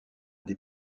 des